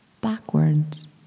backwards